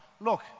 Look